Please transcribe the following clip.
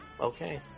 Okay